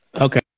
Okay